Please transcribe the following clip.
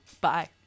Bye